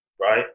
Right